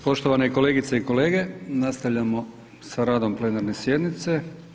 Poštovane kolegice i kolege, nastavljamo s radom plenarne sjednice.